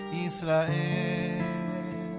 israel